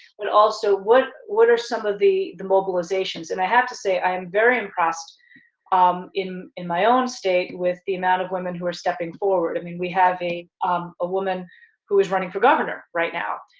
but also, what what are some of the the mobilizations? and i have to say, i'm very impressed um in in my own state, with the amount of women who are stepping forward. i mean we have a um ah woman who is running for governor right now,